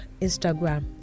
Instagram